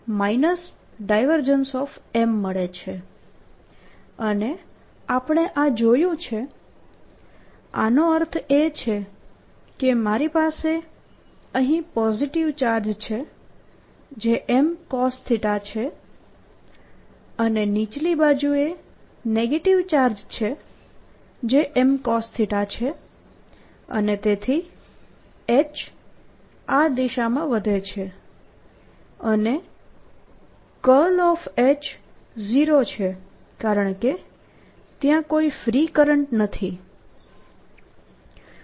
M મળે છે અને આપણે આ જોયું છે આનો અર્થ એ છે કે મારી પાસે અહીં પોઝીટીવ ચાર્જ છે જે Mcos છે અને નીચલી બાજુએ નેગેટીવ ચાર્જ છે જે Mcos છે અને તેથી H આ દિશામાં વધે છે અને H0 છે કારણકે ત્યાં કોઈ ફ્રી કરંટ નથી